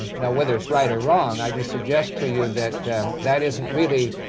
now, whether it's right or wrong, i just suggest to you that that isn't really